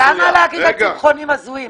למה להגיד על צמחונים הזויים,